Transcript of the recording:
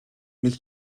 нэг